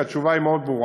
כי התשובה ברורה מאוד.